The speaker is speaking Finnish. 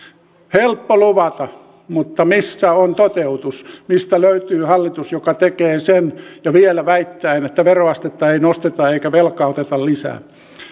helppo luvata mutta missä on toteutus mistä löytyy hallitus joka tekee sen ja vielä väittää että että veroastetta ei nosteta eikä velkaa oteta lisää